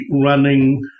running